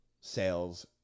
sales